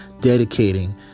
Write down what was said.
dedicating